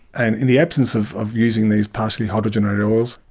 and in the absence of of using these partially hydrogenated oils,